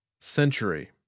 Century